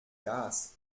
gas